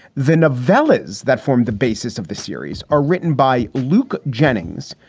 then a veliz that formed the basis of the series are written by luke jennings,